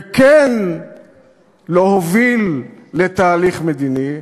וכן להוביל לתהליך מדיני,